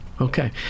okay